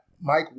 Mike